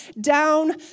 down